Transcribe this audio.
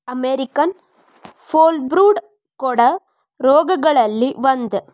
American foulbrood ಕೋಡ ರೋಗಗಳಲ್ಲಿ ಒಂದ